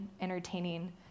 entertaining